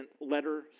letter